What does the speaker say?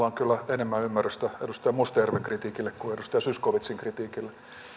on kyllä enemmän ymmärrystä edustaja mustajärven kritiikille kuin edustaja zyskowiczin kritiikille